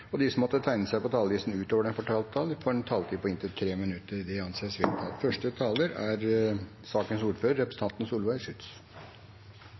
og de som måtte tegne seg på talerlisten utover den fordelte taletid, får en taletid på inntil 3 minutter. For ca. nøyaktig ett år siden ble det